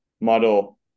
model